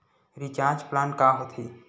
Recharge plan का होथे?